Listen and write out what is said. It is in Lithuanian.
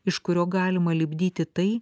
iš kurio galima lipdyti tai